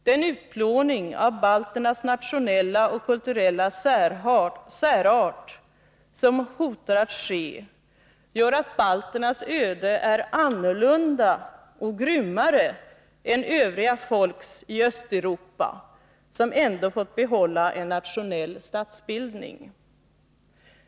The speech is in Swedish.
Den utplåning av balternas nationella och kulturella särart som hotar att ske gör att balternas öde är annorlunda och grymmare än övriga folks i Östeuropa, som ändå fått behålla en nationell statsbildning.